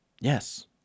Yes